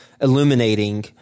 illuminating